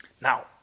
Now